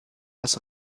das